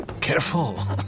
careful